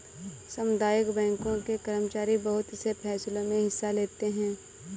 सामुदायिक बैंकों के कर्मचारी बहुत से फैंसलों मे हिस्सा लेते हैं